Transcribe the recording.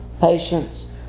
patience